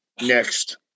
Next